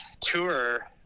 tour